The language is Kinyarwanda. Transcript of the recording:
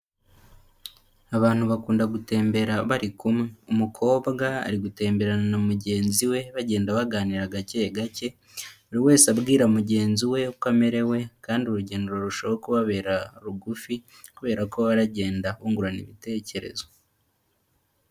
Abantu bakunda gutembera bari kumwe, umukobwa ari gutemberana na mugenzi we bagenda baganira gake gake, buri wese abwira mugenzi we uko amerewe kandi urugendo rurushaho kubabera rugufi kubera ko baragenda bungurana ibitekerezo.